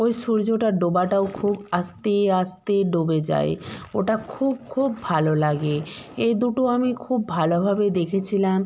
ওই সূর্যটা ডোবাটাও খুব আস্তে আস্তে ডুবে যায় ওটা খুব খুব ভালো লাগে এই দুটো আমি খুব ভালোভাবে দেখেছিলাম